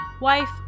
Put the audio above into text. wife